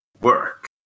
work